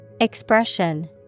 Expression